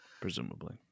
Presumably